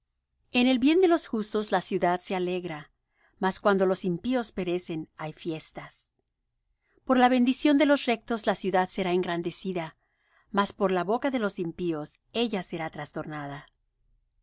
en el bien de los justos la ciudad se alegra mas cuando los impíos perecen hay fiestas por la bendición de los rectos la ciudad será engrandecida mas por la boca de los impíos ella será trastornada el